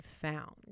found